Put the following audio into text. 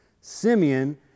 Simeon